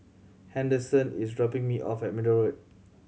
Henderson is dropping me off at Middle Road